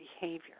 behavior